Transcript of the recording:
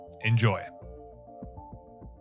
Enjoy